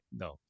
no